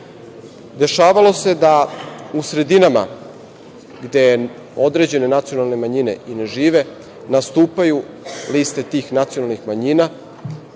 Dešavalo se da u sredinama gde određene nacionalne manjine i ne žive nastupaju liste tih nacionalnih manjina